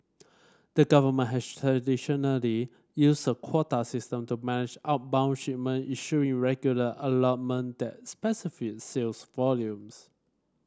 the government has traditionally used a quota system to manage outbound shipment issuing regular allotment that specify sales volumes